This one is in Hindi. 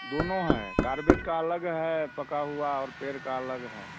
दोनों हैं कारबेट का अलग है पका हुआ और पेड़ का अलग है